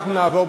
אנחנו נעבור,